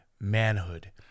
manhood